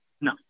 no